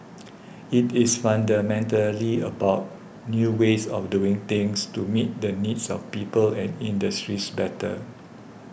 it is fundamentally about new ways of doing things to meet the needs of people and industries better